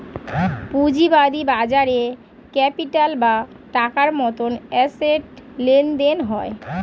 পুঁজিবাদী বাজারে ক্যাপিটাল বা টাকার মতন অ্যাসেট লেনদেন হয়